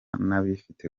n’abifite